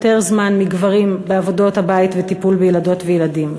מגברים בעבודות הבית וטיפול בילדות וילדים.